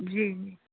जी जी